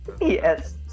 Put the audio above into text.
Yes